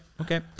Okay